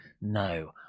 no